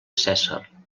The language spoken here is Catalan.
cèsar